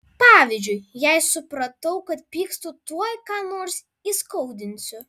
pavyzdžiui jei supratau kad pykstu tuoj ką nors įskaudinsiu